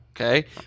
okay